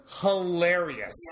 hilarious